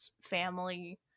family